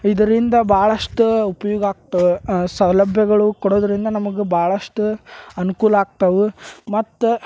ಇದರಿಂದ ಭಾಳಷ್ಟು ಉಪ್ಯೋಗ ಆಗ್ತವ ಸೌಲಭ್ಯಗಳು ಕೊಡೋದರಿಂದ ನಮಗೆ ಭಾಳಷ್ಟು ಅನುಕೂಲ ಆಗ್ತವು ಮತ್ತು